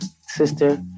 sister